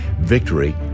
Victory